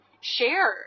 share